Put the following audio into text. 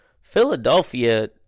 Philadelphia